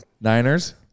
Niners